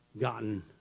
gotten